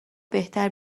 بهتر